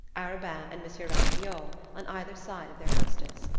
arobin and monsieur ratignolle on either side of their hostess.